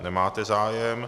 Nemáte zájem.